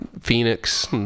Phoenix